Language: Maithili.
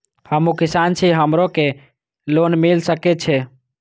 हमू किसान छी हमरो के लोन मिल सके छे?